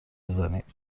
بزنید